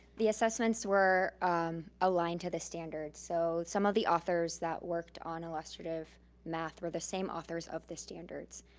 the assessments were aligned to the standards. so some of the authors that worked on illustrative math were the same authors of the standards.